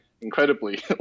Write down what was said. incredibly